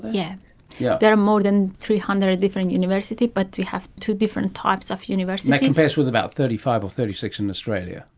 yeah yeah there are more than three hundred different universities but we have two different types of compares with about thirty five or thirty six in australia.